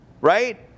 right